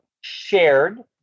shared